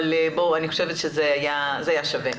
אבל אני חושבת שזה היה שווה.